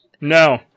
No